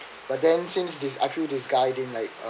but then since this I feel this guy didn't like